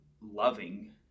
loving